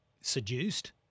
seduced